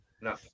No